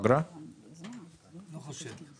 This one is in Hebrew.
לא חושב.